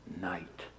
night